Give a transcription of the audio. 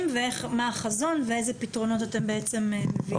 והחזון ואיזה פתרונות אתם בעצם מביאים.